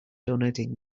donating